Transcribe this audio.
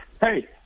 Hey